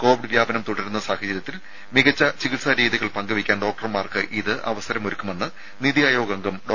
Covid വ്യാപനം തുടരുന്ന സാഹചര്യത്തിൽ മികച്ച ചികിത്സാ രീതികൾ പങ്കുവെയ്ക്കാൻ ഡോക്ടർമാർക്ക് ഇത് അവസരം ഒരുക്കുമെന്ന് നിതി ആയോഗ് അംഗം ഡോ